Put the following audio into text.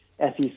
SEC